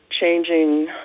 changing